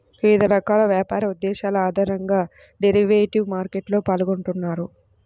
వివిధ రకాల వ్యాపార ఉద్దేశాల ఆధారంగా డెరివేటివ్ మార్కెట్లో పాల్గొంటారు